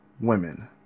women